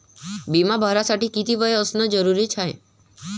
बिमा भरासाठी किती वय असनं जरुरीच हाय?